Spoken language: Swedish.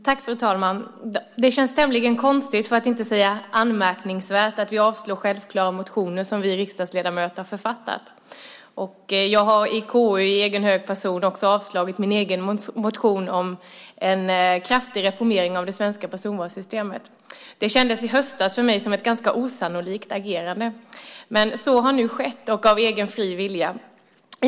Fru talman! Det känns tämligen konstigt, för att inte säga anmärkningsvärt, att vi avstyrker självklara motioner som vi riksdagsledamöter har författat. Jag har i KU i egen hög person avstyrkt min egen motion om en kraftig reformering av det svenska personvalssystemet. Det kändes i höstas för mig som ett ganska osannolikt agerande. Men så har jag nu gjort - av egen fri vilja.